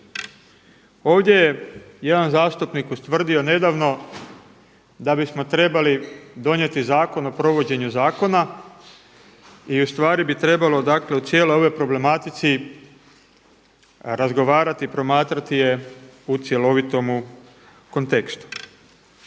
Ovdje je jedan zastupnik ustvrdio nedavno da bismo trebali donijeti Zakon o provođenju zakona i ustvari bi trebalo u cijeloj ovoj problematici razgovarati i promatrati je u cjelovitomu kontekstu.